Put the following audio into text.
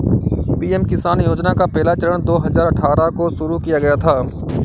PM Kisan योजना का पहला चरण दो हज़ार अठ्ठारह को शुरू किया गया था